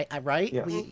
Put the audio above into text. Right